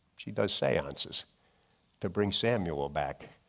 she does seances to bring samuel back.